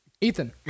Ethan